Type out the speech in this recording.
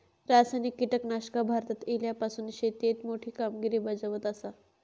रासायनिक कीटकनाशका भारतात इल्यापासून शेतीएत मोठी कामगिरी बजावत आसा